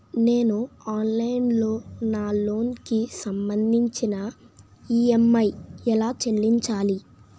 నేను ఆన్లైన్ లో నా లోన్ కి సంభందించి ఈ.ఎం.ఐ ఎలా చెల్లించాలి?